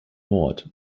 mord